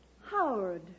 Howard